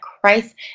Christ